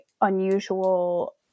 unusual